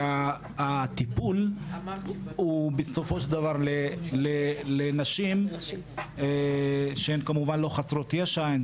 שהטיפול הוא בסופו של דבר לנשים שהן כמובן לא חסרות ישע,